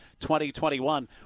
2021